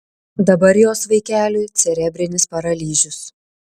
dabar jos vaikeliui cerebrinis paralyžius